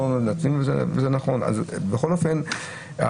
בכל אופן,